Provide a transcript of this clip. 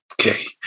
Okay